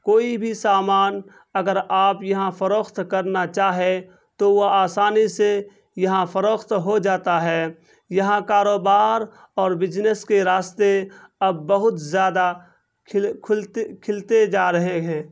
کوئی بھی سامان اگر آپ یہاں فروخت کرنا چاہیں تو وہ آسانی سے یہاں فروخت ہو جاتا ہے یہاں کاروبار اور بجنیس کے راستے اب بہت زیادہ کھلتے کھلتے جا رہے ہیں